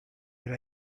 that